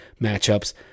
matchups